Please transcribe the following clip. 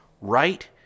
right